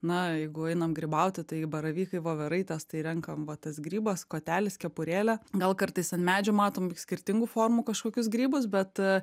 na jeigu einam grybauti tai baravykai voveraitės tai renkame va tas grybas kotelis kepurėlė gal kartais ant medžių matom tik skirtingų formų kažkokius grybus bet